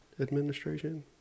administration